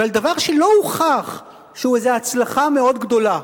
ועל דבר שלא הוכח שהוא איזה הצלחה מאוד גדולה.